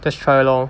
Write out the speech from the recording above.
just try lor